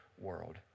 world